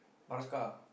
parka ah